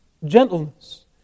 Gentleness